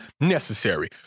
Necessary